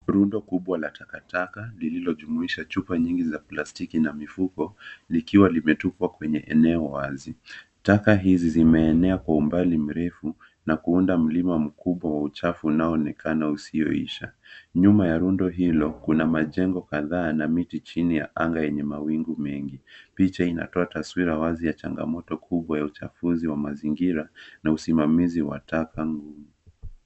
Rundo kubwa la takataka lililojumuisha chupa nyingi za plastiki na mifuko likiwa limetupwa kwenye eneo wazi. Taka hizi zimeenea kwa umbali mrefu na kuunda mlima mkubwa wa uchafu unaonekana usiyoisha. Nyuma ya rundo hilo, kuna majengo kadhaa na miti chini ya anga yenye mawingu mengi. Picha inatoa taswira wazi ya changamoto kubwa ya uchafuzi wa mazingira na usimamizi wa taka.